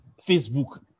Facebook